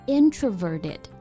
introverted 。